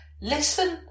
Listen